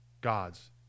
God's